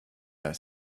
that